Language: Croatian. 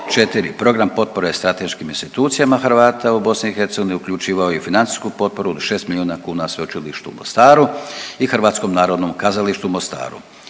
program potpore strateškim institucijama Hrvata u BiH, uključivao je i financijsku potporu od 6 milijuna kuna Sveučilištu u Mostaru i HNK u Mostaru.